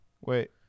Wait